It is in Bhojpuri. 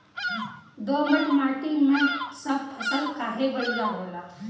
दोमट माटी मै सब फसल काहे बढ़िया होला?